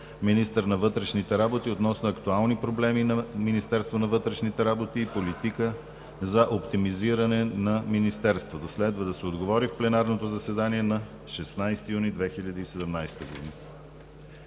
министър на вътрешните работи, относно актуални проблеми на Министерството на вътрешните работи и политика за оптимизиране на Министерството. Следва да се отговори в пленарното заседание на 16 юни 2017 г.